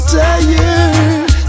tired